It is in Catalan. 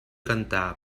cantar